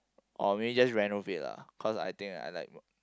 or maybe just renovate lah cause I think I like